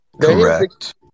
Correct